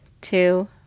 two